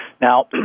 Now